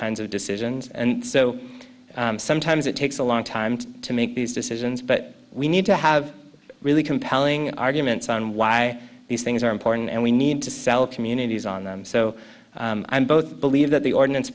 kinds of decisions and so sometimes it takes a long time to make these decisions but we need to have a really compelling arguments on why these things are important and we need to sell communities on them so i both believe that the ordinance